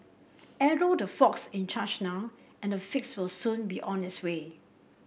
arrow the folks in charge now and a fix will soon be on its way